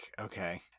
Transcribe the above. okay